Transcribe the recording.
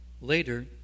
Later